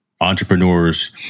entrepreneurs